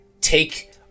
take